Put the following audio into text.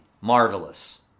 marvelous